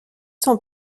sont